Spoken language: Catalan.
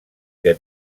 que